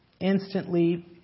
Instantly